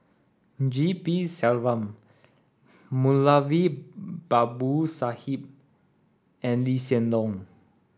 G P Selvam Moulavi Babu Sahib and Lee Hsien Loong